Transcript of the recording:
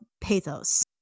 pathos